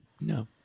No